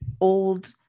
old